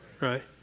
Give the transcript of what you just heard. Right